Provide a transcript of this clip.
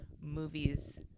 movies